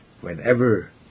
whenever